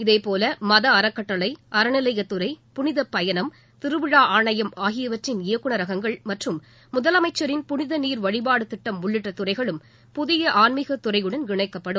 இதேபோல மத அறக்கட்டளை அறநிலையத்துறை புனிதப்பயணம் திருவிழா ஆணையம் ஆகியவற்றின் இயக்குநரகங்கள் மற்றும் முதலமைச்சரின் புனித நீர் வழிபாடு திட்டம் உள்ளிட்ட துறைகளும் புதிய ஆன்மீகத் துறையுடன் இணைக்கப்படும்